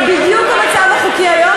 זה בדיוק המצב החוקי היום,